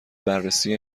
بررسی